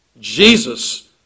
Jesus